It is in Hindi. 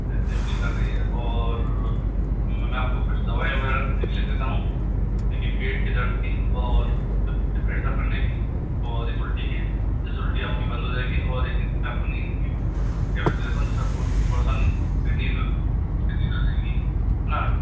फ़ील कर रही है और मैं आपको कुछ दवाई वगैरह एक लिख देता हूँ एक यह पेट के दर्द की और पेट साफ करने की और एक उल्टी की जिससे उल्टी आपकी बंद हो जाएगी और एक आपको नींद की टैबलेट देता हूँ जिससे आपको आसानी से नींद नींद आ जाएगी है न